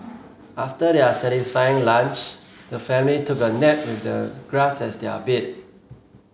after their satisfying lunch the family took a nap with the grass as their bed